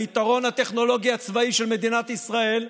היתרון הטכנולוגי הצבאי של מדינת ישראל,